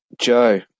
Joe